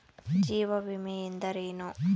ಜೀವ ವಿಮೆ ಎಂದರೇನು?